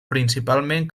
principalment